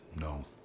No